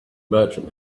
merchant